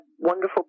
wonderful